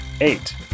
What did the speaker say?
eight